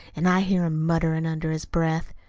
an' i hear him mutterin' under his breath.